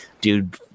dude